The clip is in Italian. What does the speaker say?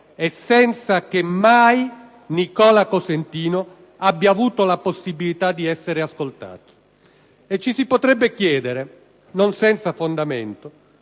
e senza che mai Nicola Cosentino abbia avuto la possibilità di essere ascoltato. E ci si potrebbe chiedere, non senza fondamento,